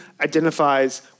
identifies